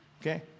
Okay